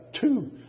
two